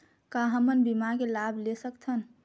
का हमन बीमा के लाभ ले सकथन?